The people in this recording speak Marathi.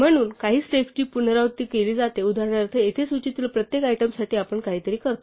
म्हणून काही स्टेप्सची पुनरावृत्ती केली जाते उदाहरणे येथे सूचीतील प्रत्येक आयटमसाठी आपण काहीतरी करतो